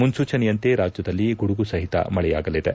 ಮುನ್ಲೂಚನೆಯಂತೆ ರಾಜ್ಯದಲ್ಲಿ ಗುಡುಗು ಸಹಿತ ಮಳೆಯಾಗಲಿದೆ